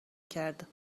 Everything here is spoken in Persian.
کرد